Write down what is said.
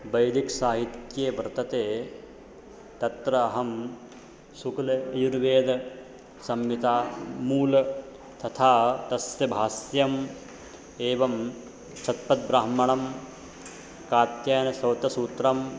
वैदिकसाहित्ये वर्तते तत्र अहं शुक्लयजुर्वेदसंहितामूलं तथा तस्य भाष्यम् एवं शतपथब्राह्मणं कात्यायनश्रौतसूत्रं